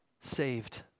saved